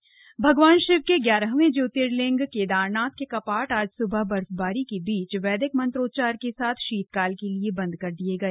केदारनाथ कपाट भगवान शिव के ग्यारहवें ज्योतिर्लिंग केदारनाथ के कपाट आज सुबह बर्फबारी के बीच वैदिक मंत्रोच्चार के साथ शीतकाल के लिए बंद कर दिए गए